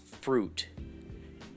fruit